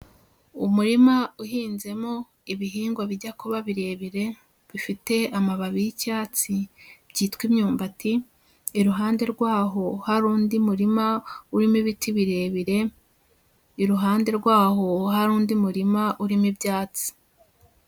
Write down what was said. Umurima uhinzemo ibihingwa bijyakoba birebire bifite amababi yicyatsi byitwa imyumbati. Iruhande rwaho hari undi murima urimo ibiti birebire, iruhande rwaho hari undi murima urimo ibyatsi.